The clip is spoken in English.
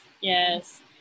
yes